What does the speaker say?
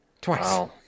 Twice